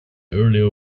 earlier